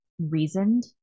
reasoned